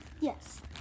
yes